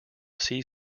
see